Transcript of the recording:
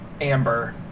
amber